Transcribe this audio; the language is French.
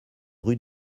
rue